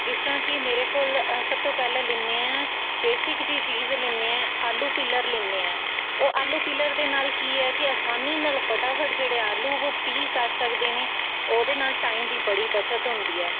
ਜਿਸ ਤਰ੍ਹਾਂ ਕਿ ਮੇਰੇ ਕੋਲ ਸਭ ਤੋਂ ਪਹਿਲਾਂ ਲਿੰਨੇ ਹਾਂ ਬੇਸਿਕ ਜਿਹੀ ਚੀਜ਼ ਲਿੰਨੇ ਹਾਂ ਆਲੂ ਪੀਲਰ ਲਿੰਨੇ ਹਾਂ ਉਹ ਆਲੂ ਪੀਲਰ ਦੇ ਨਾਲ਼ ਕੀ ਹੈ ਕਿ ਆਸਾਨੀ ਨਾਲ਼ ਫਟਾਫਟ ਜਿਹੜੇ ਆਲੂ ਉਹ ਪੀਲ ਕਰ ਸਕਦੇ ਨੇ ਉਹਦੇ ਨਾਲ਼ ਟਾਈਮ ਦੀ ਬੜੀ ਬੱਚਤ ਹੁੰਦੀ ਹੈ